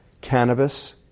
cannabis